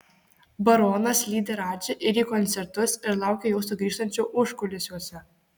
baronas lydi radži ir į koncertus ir laukia jo sugrįžtančio užkulisiuose